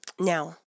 Now